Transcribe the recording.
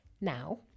Now